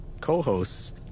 co-hosts